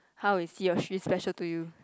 how is he or she special to you